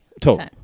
total